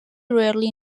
rarely